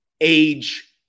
age